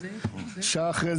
שעה אחר-כך,